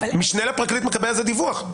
המשנה לפרקליט מקבל על זה דיווח,